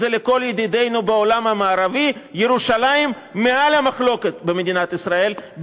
זה לכל ידידינו בעולם המערבי: ירושלים מעל המחלוקת במדינת ישראל,